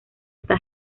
está